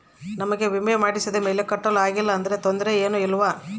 ನಮಗೆ ವಿಮೆ ಮಾಡಿಸಿದ ಮೇಲೆ ಕಟ್ಟಲು ಆಗಿಲ್ಲ ಆದರೆ ತೊಂದರೆ ಏನು ಇಲ್ಲವಾ?